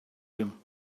him